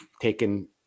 taken